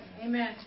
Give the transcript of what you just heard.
Amen